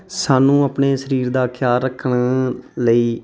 ਸਾਨੂੰ ਆਪਣੇ ਸਰੀਰ ਦਾ ਖਿਆਲ ਰੱਖਣ ਲਈ